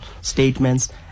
statements